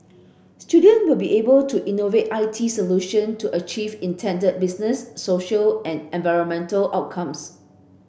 student will be able to innovate I T solution to achieve intended business social and environmental outcomes